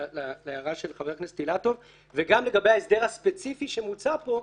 להערה של חבר הכנסת אילטוב וגם לגבי ההסדר הספציפי שמוצע פה,